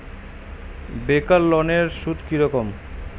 বেকার লোনের সুদ কি রকম?